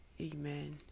Amen